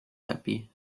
happy